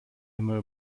nimmer